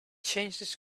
changes